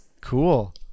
cool